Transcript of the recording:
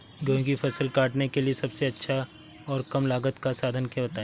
गेहूँ की फसल काटने के लिए सबसे अच्छा और कम लागत का साधन बताएं?